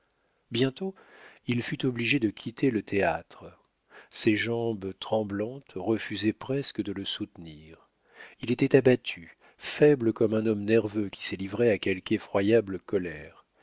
bientôt il fut obligé de quitter le théâtre ses jambes tremblantes refusaient presque de le soutenir il était abattu faible comme un homme nerveux qui s'est livré à quelque effroyable colère